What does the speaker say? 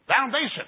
foundation